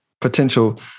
potential